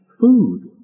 food